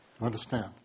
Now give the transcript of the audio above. Understand